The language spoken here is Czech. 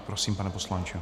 Prosím, pane poslanče.